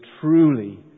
truly